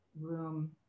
room